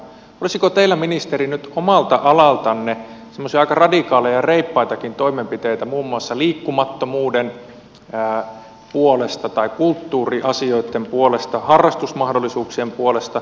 olisiko teillä ministeri nyt omalta alaltanne semmoisia aika radikaaleja ja reippaitakin toimenpiteitä muun muassa liikunnan puolesta tai kulttuuriasioitten puolesta harrastusmahdollisuuksien puolesta